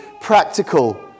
practical